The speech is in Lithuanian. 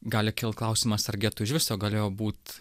gali kilt klausimas ar getų iš viso galėjo būt